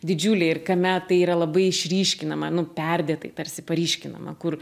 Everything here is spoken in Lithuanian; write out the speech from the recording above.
didžiuliai ir kame tai yra labai išryškinama nu perdėtai tarsi paryškinama kur